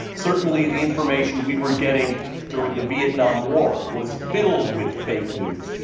certainly the information we were getting during the vietnam war was filled with fake news.